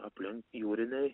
aplink jūriniai